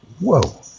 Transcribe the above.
whoa